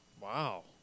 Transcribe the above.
Wow